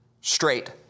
straight